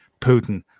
Putin